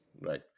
right